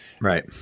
Right